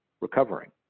recovering